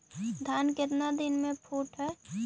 धान केतना दिन में फुट है?